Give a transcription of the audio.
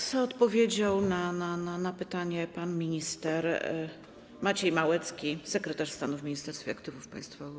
Z odpowiedzią na pytanie pan minister Maciej Małecki, sekretarz stanu w Ministerstwie Aktywów Państwowych.